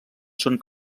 són